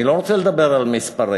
אני לא רוצה לדבר על מספרים,